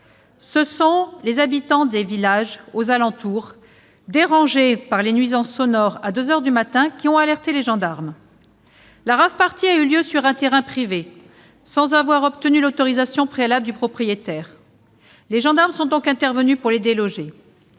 Ce sont les habitants des villages des alentours, dérangés par les nuisances sonores à 2 heures du matin, qui ont alerté les gendarmes. La rave-party s'est tenue sur un terrain privé, sans autorisation préalable du propriétaire. Les gendarmes sont donc intervenus pour y mettre